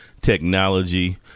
technology